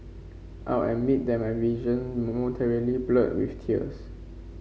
I'll admit that my vision momentarily blurred with tears